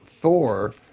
Thor